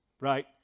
right